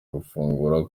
gufungura